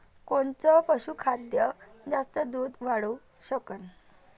कोनचं पशुखाद्य जास्त दुध वाढवू शकन?